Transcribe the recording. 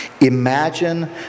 imagine